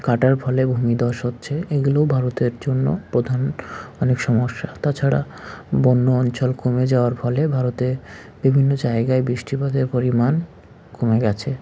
কাটার ফলে ভূমি ধস হচ্ছে এগুলো ভারতের জন্য প্রধান অনেক সমস্যা তাছাড়া বন্য অঞ্চল কমে যাওয়ার ফলে ভারতে বিভিন্ন জায়গায় বৃষ্টিপাতের পরিমাণ কমে গেছে